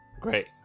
Great